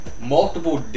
multiple